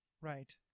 Right